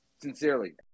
Sincerely